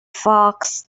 fox